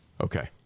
Okay